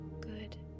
Good